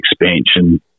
expansion